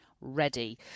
ready